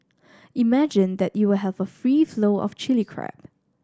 imagine that you will have a free flow of Chilli Crab